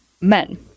men